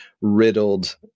riddled